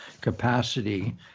capacity